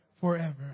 forever